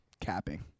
capping